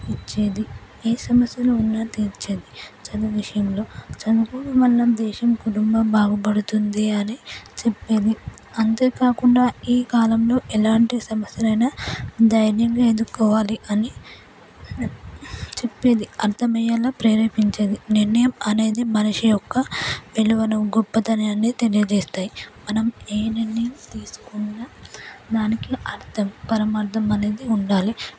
ఇచ్చేది ఏ సమస్యలు ఉన్నా తీర్చేది చదువు విషయంలో చదువుని మనం దేశం కుటుంబం బాగుపడుతుంది అని చెప్పేది అంతేకాకుండా ఈ కాలంలో ఎలాంటి సమస్య అయినా ధైర్యంగా ఎదుర్కోవాలి అని చెప్పేది అర్థమయ్యేలా ప్రేరేపించేది నిర్ణయం అనేది మనిషి యొక్క విలువను గొప్పతనాన్ని తెలియజేస్తాయి మనం ఏ నిర్ణయం తీసుకున్న దానికి అర్థం పరమార్ధం అనేది ఉండాలి